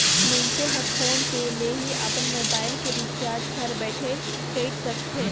मइनसे हर PhonePe ले ही अपन मुबाइल के रिचार्ज घर बइठे कएर सकथे